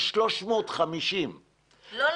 יש 350. לא,